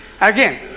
Again